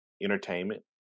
entertainment